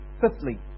Fifthly